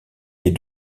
les